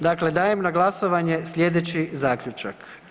Dakle, dajem na glasovanje slijedeći zaključak.